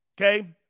Okay